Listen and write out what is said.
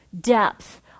depth